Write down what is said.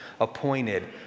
appointed